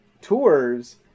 tours